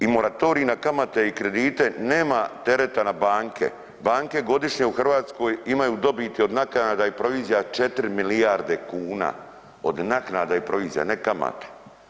I moratorij na kamate i kredite nema tereta na banke, banke godišnje u Hrvatskoj imaju dobiti od naknada i provizija 4 milijarde kuna od naknada i provizija, ne kamate.